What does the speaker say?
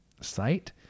site